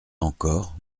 encore